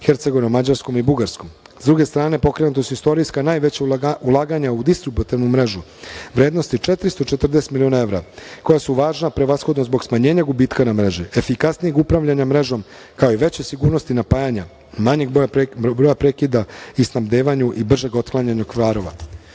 Hercegovinom, Mađarskom i Bugarskom.S druge strane, pokrenuta su istorijska, najveća ulaganja u distributivnu mrežu, vrednosti 440 miliona evra, koja su važna prevashodno zbog smanjenja gubitka na mreži, efikasnijeg upravljanja mrežom, kao i veće sigurnosti napajanja, manjeg broja prekida u snabdevanju i bržeg otklanjanja kvarova. Cena